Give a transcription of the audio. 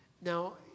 Now